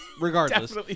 Regardless